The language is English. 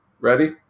Ready